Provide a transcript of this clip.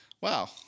wow